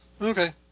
Okay